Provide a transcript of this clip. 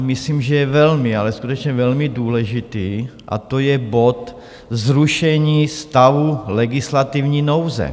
Myslím, že je velmi, ale skutečně velmi důležitý, a to je bod Zrušení stavu legislativní nouze.